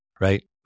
right